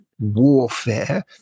warfare